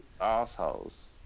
assholes